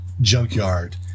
junkyard